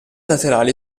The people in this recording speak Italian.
laterali